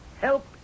Help